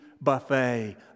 buffet